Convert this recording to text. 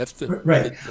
Right